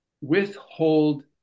withhold